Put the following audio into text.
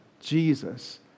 Jesus